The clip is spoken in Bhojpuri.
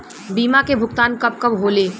बीमा के भुगतान कब कब होले?